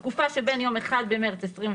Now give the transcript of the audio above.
זה התנאי השני לזכאות: 2) בתקופה שבין יום 1 במרץ 2020